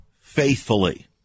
faithfully